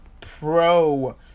Pro